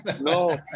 no